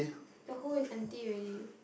the hole is empty already